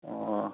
ꯑꯣ